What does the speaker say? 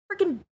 freaking